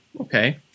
Okay